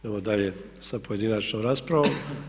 Idemo dalje sa pojedinačnom raspravom.